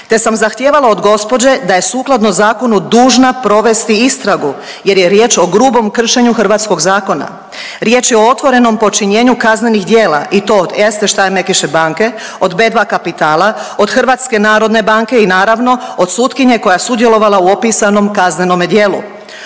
te sam zahtijevala od gospođe da je sukladno zakonu dužna provesti istragu jer je riječ o grubom kršenju hrvatskog zakona, riječ je o otvorenom počinjenju kaznenih djela ti to od Erste Steiermarkische banke, od B2 Kapitala, od HNB-a i naravno od sutkinje koja je sudjelovala u opisanom kaznenome djelu.